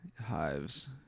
Hives